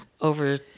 over